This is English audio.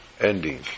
ending